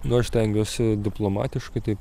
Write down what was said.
nu aš stengiuosi diplomatiškai taip